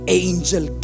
angel